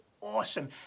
awesome